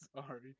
Sorry